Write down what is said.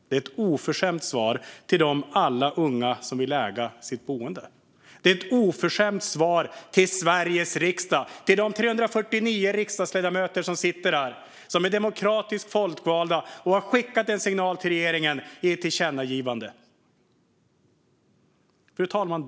Det är ett oförskämt svar till alla unga som vill äga sitt boende. Det är ett oförskämt svar till Sveriges riksdag, till de 349 riksdagsledamöter som är demokratiskt folkvalda och som i ett tillkännagivande har skickat en signal till regeringen. Fru talman!